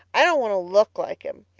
i don't want to look like him.